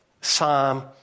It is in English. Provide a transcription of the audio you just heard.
Psalm